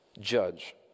judge